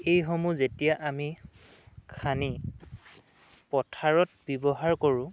এইসমূহ যেতিয়া আমি খান্দি পথাৰত ব্যৱহাৰ কৰোঁ